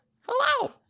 Hello